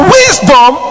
wisdom